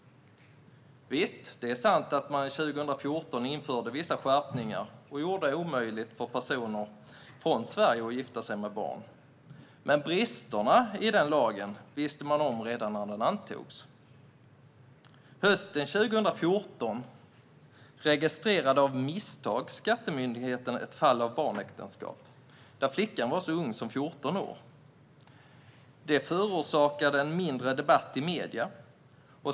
Visst, det är sant att man 2014 införde vissa skärpningar och gjorde det omöjligt för personer från Sverige att gifta sig med barn, men bristerna i den lagen visste man om redan när den antogs. Hösten 2014 registrerade Skattemyndigheten av misstag ett fall av barnäktenskap där flickan var så ung som 14 år. Detta förorsakade en mindre debatt i medierna.